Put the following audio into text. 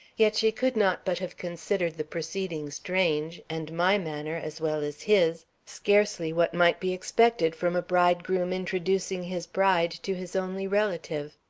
yet she could not but have considered the proceeding strange, and my manner, as well as his, scarcely what might be expected from a bridegroom introducing his bride to his only relative.